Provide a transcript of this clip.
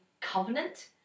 Covenant